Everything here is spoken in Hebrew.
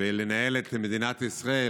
לנהל את מדינת ישראל,